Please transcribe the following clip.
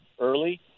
early